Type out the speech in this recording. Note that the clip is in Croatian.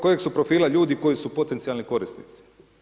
Kojeg su profila ljudi koji su potencijalni korisnici?